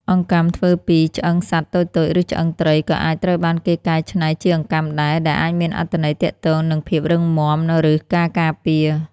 អង្កាំធ្វើពី ឆ្អឹងសត្វតូចៗ ឬឆ្អឹងត្រី ក៏អាចត្រូវបានគេកែច្នៃជាអង្កាំដែរ ដែលអាចមានអត្ថន័យទាក់ទងនឹងភាពរឹងមាំ ឬការការពារ។